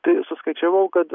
tai suskaičiavau kad